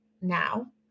now